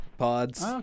Pods